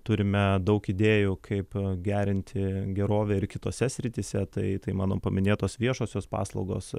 turime daug idėjų kaip gerinti gerovę ir kitose srityse tai tai mano paminėtos viešosios paslaugos